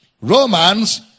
Romans